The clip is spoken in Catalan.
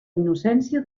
innocència